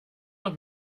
auch